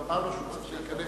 תאמר לו שהוא צריך שייכנס.